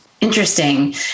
Interesting